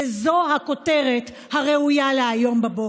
זו הכותרת הראויה להיום בבוקר.